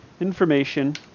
Information